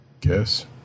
guess